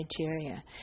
Nigeria